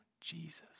Jesus